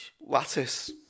Lattice